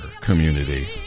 community